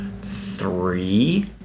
three